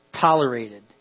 tolerated